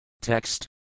Text